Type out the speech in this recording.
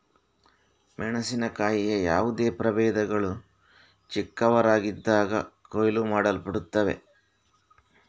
ಮೆಣಸಿನಕಾಯಿಯ ಯಾವುದೇ ಪ್ರಭೇದಗಳು ಚಿಕ್ಕವರಾಗಿದ್ದಾಗ ಕೊಯ್ಲು ಮಾಡಲ್ಪಡುತ್ತವೆ